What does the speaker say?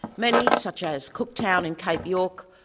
many, such as cooktown in cape york,